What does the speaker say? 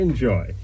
Enjoy